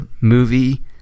movie